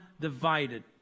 divided